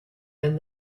than